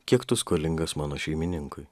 kiek tu skolingas mano šeimininkui